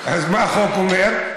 אז מה החוק אומר?